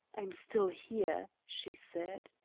i'm still here, she said.